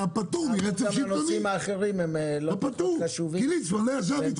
אתה פטור מרצף שלטוני כי ליצמן לא ישב אתך.